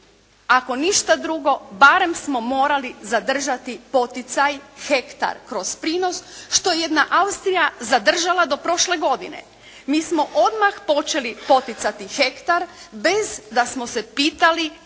Ako ništa drugo barem smo morali zadržati poticaj hektar kroz prinos što je jedna Austrija zadržala do prošle godine. Mi smo odmah počeli poticati hektar bez da smo se pitali